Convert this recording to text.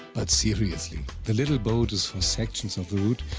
but seriously, the little boat is for sections of the route,